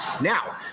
now